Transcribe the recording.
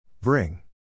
Bring